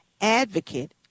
advocate